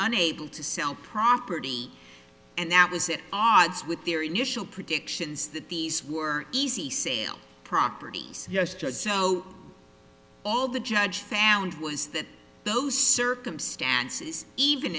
unable to sell property and that was it odds with their initial predictions that these were easy sale properties yes just so all the judge found was that those circumstances even